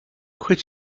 quit